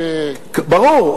ברור,